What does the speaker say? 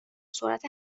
سرعت